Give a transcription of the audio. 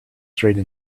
straight